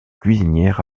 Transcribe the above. cuisinière